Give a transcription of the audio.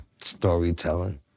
Storytelling